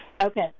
Okay